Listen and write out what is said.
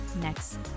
next